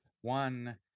One